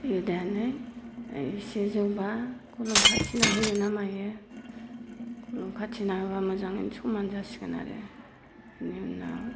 दै होनानै एसे जौब्ला खोलोम खाथिना होयोना मायो खोलोम खाथिना होबा मोजाङैनो समान जासिगोन आरो बिनि उनाव